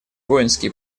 воинские